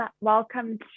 welcome